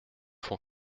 font